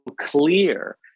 clear